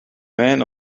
men